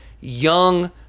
young